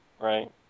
Right